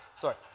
Sorry